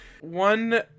One